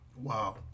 Wow